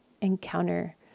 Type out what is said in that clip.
encounter